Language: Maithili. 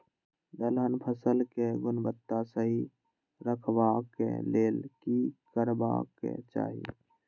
दलहन फसल केय गुणवत्ता सही रखवाक लेल की करबाक चाहि?